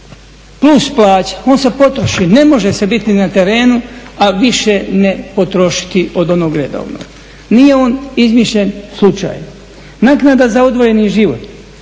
plus plaća, on se potroši, ne može se biti na terenu a više ne potrošiti od onog redovnog. Nije on izmišljen slučajno. Naknada za odvojeni život,